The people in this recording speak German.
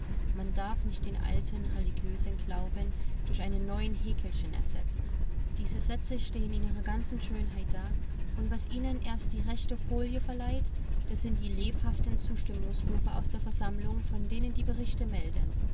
man darf nicht den alten religiösen glauben durch einen neuen haeckelschen ersetzen diese sätze stehen in ihrer ganzen schönheit da und was ihnen erst die rechte folie verleiht das sind die lebhaften zustimmungsrufe aus der versammlung von denen die berichte melden